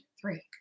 three